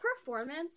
performance